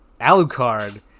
Alucard